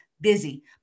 busy